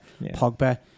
Pogba